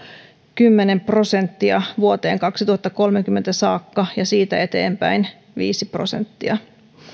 kymmenen prosenttia vuoteen kaksituhattakolmekymmentä saakka ja siitä eteenpäin viisi prosenttia